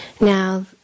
Now